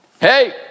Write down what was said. Hey